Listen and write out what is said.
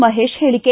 ಮಹೇಶ ಹೇಳಿಕೆ